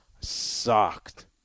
sucked